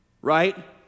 Right